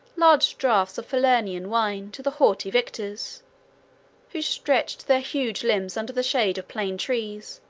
large draughts of falernian wine to the haughty victors who stretched their huge limbs under the shade of plane-trees,